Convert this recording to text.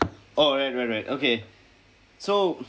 oh right right right okay so